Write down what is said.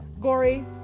gory